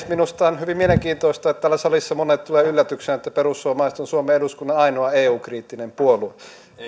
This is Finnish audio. minusta on hyvin mielenkiintoista että täällä salissa monille tulee yllätyksenä että perussuomalaiset ovat suomen eduskunnan ainoa eu kriittinen puolue